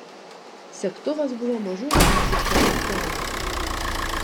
segtuvas buvo mažų mažiausiai colio storumo